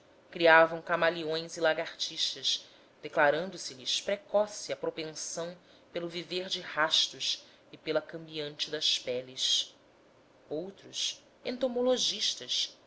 criavam cameleões e lagartixas declarando se lhes precoce a propensão pelo viver de rastos e pela cambiante das peles outros entomologistas